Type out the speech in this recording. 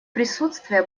присутствие